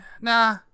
Nah